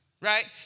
right